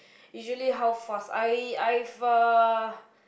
usually how fast I I've a